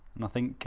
nothing,